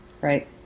Right